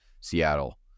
Seattle